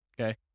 okay